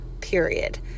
period